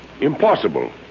Impossible